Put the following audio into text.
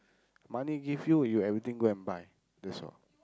money give you you everything go and buy that's all